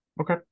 Okay